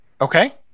Okay